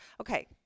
Okay